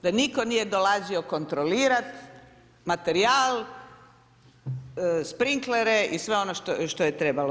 Da nitko nije dolazio kontrolirati materijal sprinklere i sve ono što je trebalo.